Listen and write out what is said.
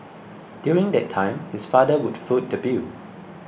during that time his father would foot the bill